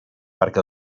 perquè